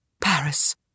Paris